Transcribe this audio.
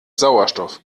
sauerstoff